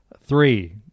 Three